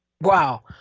Wow